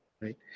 Right